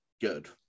good